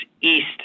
east